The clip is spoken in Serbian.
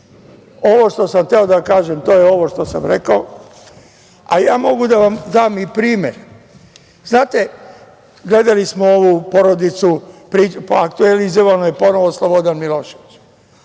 što sam hteo da vam kažem to je ovo što sam rekao, a mogu da vam dam i primer. Znate, gledali smo ovu „Porodicu“, aktuelizovan je ponovo Slobodan Milošević.